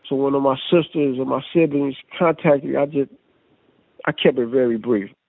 so one of my sisters and my siblings contact me, i but i kept it very brief.